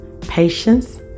patience